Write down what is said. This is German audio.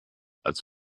als